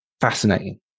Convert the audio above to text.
fascinating